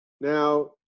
Now